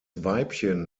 weibchen